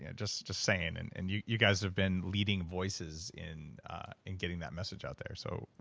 and just just saying. and and you you guys have been leading voices in in getting that message out there so,